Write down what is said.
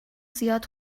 زیاد